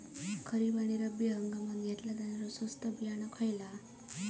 खरीप आणि रब्बी हंगामात घेतला जाणारा स्वस्त बियाणा खयला?